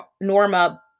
Norma